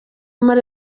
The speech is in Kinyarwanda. muri